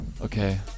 Okay